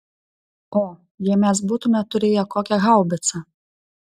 o jei mes būtumėme turėję kokią haubicą